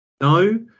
no